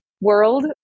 world